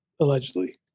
Allegedly